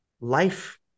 life